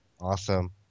awesome